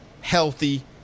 healthy